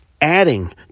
adding